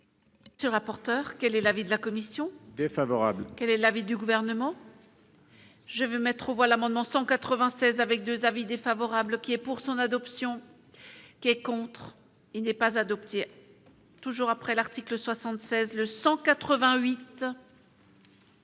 nationale. Ce rapporteur, quel est l'avis de la commission défavorable, quel est l'avis du gouvernement. Je veux mettre aux voix l'amendement 196 avec 2 avis défavorables qui est pour son adoption. Qui est contre, il n'est pas adopté. Toujours après l'article 76 le 188.